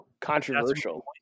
controversial